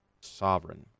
sovereign